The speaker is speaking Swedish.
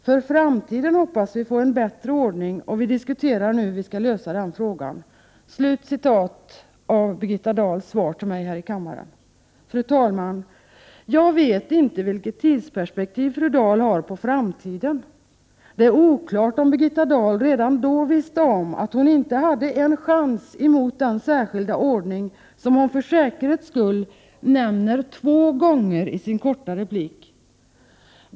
För framtiden hoppas vi få en bättre ordning, och vi diskuterar nu hur vi skall lösa denna fråga.” Fru talman! Jag vet inte vilket tidsperspektiv fru Dahl har på ”framtiden”. Det är oklart om Birgitta Dahl redan då visste om att hon inte hade en chans emot ”den särskilda ordningen” som hon för säkerhets skull nämner två gånger i sin korta replik.